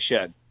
shed